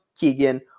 Keegan